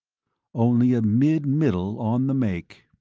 only a mid-middle on the make.